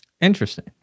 Interesting